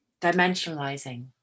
dimensionalizing